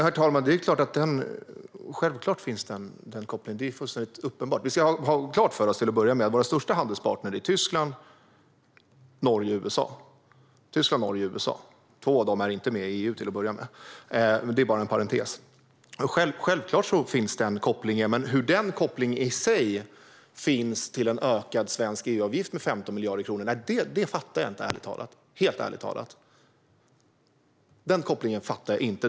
Herr talman! Självklart finns den kopplingen. Det är fullständigt uppenbart. Vi ska till att börja med ha klart för oss att våra största handelspartner är Tyskland, Norge och USA. Två av dem är inte med i EU. Men det var en parentes. Självklart finns en koppling. Men hur den kopplingen i sig finns till en ökad svensk EU-avgift med 15 miljarder kronor fattar jag ärligt talat inte.